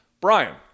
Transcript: Brian